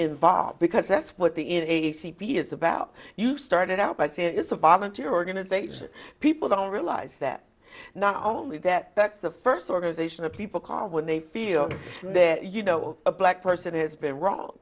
involved because that's what the a t p is about you started out by saying it's a volunteer organization people don't realize that not only that that's the first organization of people call when they feel their you know a black person has been ro